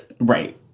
right